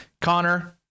Connor